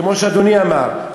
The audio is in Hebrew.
כמו שאדוני אמר,